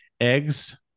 eggs